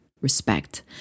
respect